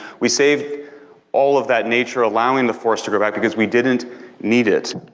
we saved all of that nature, allowing the forest to grow back because we didn't need it.